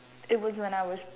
it was when I was